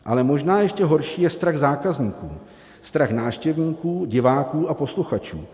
Ale možná ještě horší je strach zákazníků strach návštěvníků, diváků a posluchačů.